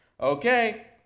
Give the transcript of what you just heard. Okay